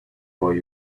while